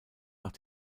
nach